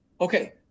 okay